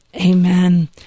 Amen